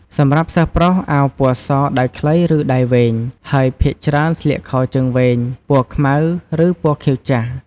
សម្រាប់សិស្សប្រុស អាវពណ៌ស ដៃខ្លី ឬដៃវែង ហើយភាគច្រើនស្លៀកខោជើងវែង ពណ៌ខ្មៅ ឬពណ៌ខៀវចាស់។